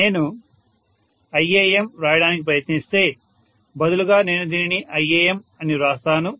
నేను Iam వ్రాయడానికి ప్రయత్నిస్తే బదులుగా నేను దీనిని iamఅని వ్రాస్తాను